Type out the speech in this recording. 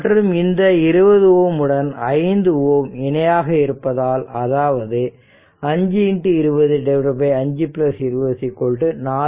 மற்றும் இந்த 20 Ω உடன் 5 Ω இணையாக இருப்பதால் அதாவது 5 20 5 20